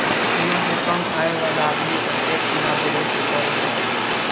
सीमा से कम आय वाला आदमी के टैक्स ना देवेके पड़ेला